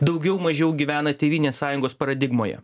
daugiau mažiau gyvena tėvynės sąjungos paradigmoje